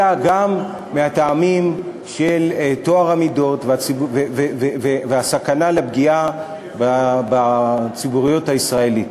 וגם מהטעמים של טוהר המידות והסכנה של פגיעה בציבוריות הישראלית.